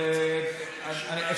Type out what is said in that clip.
בשביל זה לא צריך אישור,